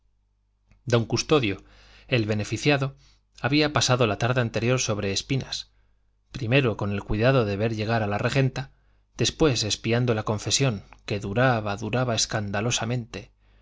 tertulín don custodio el beneficiado había pasado la tarde anterior sobre espinas primero con el cuidado de ver llegar a la regenta después espiando la confesión que duraba duraba escandalosamente